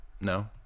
No